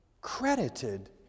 credited